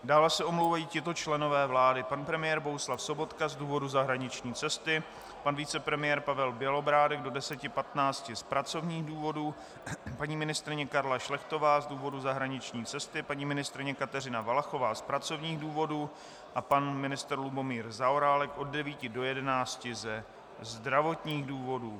Dále se omlouvají tito členové vlády: pan premiér Bohuslav Sobotka z důvodu zahraniční cesty, pan vicepremiér Pavel Bělobrádek do 10.15 z pracovních důvodů, paní ministryně Karla Šlechtová z důvodu zahraniční cesty, paní ministryně Kateřina Valachová z pracovních důvodů a pan ministr Lubomír Zaorálek od 9 do 11 ze zdravotních důvodů.